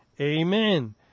Amen